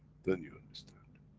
then you understand,